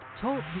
Talk